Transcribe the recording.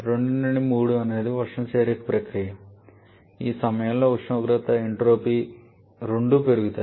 2 నుండి 3 అనేది ఉష్ణ చేరిక ప్రక్రియ ఈ సమయంలో ఉష్ణోగ్రత ఎంట్రోపీ రెండూ పెరుగుతాయి